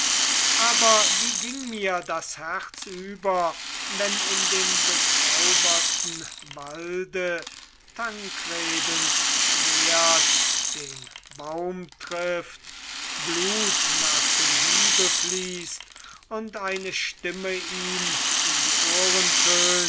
aber wie ging mir das herz über wenn in dem bezauberten walde tankredens schwert den baum trifft blut nach dem hiebe fließt und eine stimme ihm in die ohren